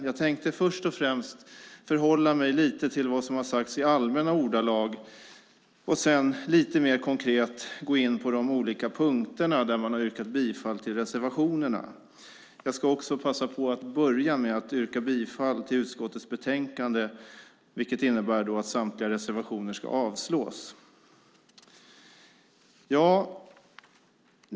Jag tänker först och främst i allmänna ordalag förhålla mig lite till vad som har sagts och sedan lite mer konkret gå in på de olika punkterna där man har yrkat bifall till reservationerna. Jag ska också passa på att börja med att yrka bifall till utskottets förslag till beslut, vilket innebär att samtliga reservationer ska avslås.